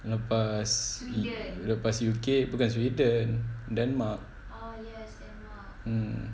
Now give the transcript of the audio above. lepas lepas U_K bukan sweden denmark mm